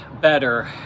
better